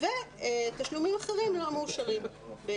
ותשלומים אחרים לא מאושרים.